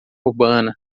urbana